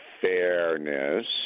fairness